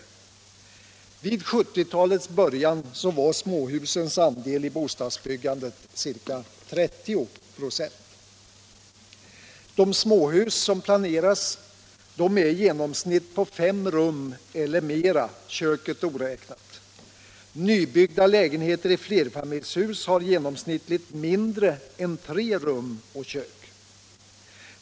Vid 1970-talets början var småhusens andel i bo 45 De småhus som planeras är i genomsnitt på fem rum eller mera, köket oräknat. Nybyggda lägenheter i flerfamiljshus har genomsnittligt mindre än tre rum och kök.